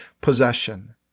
possession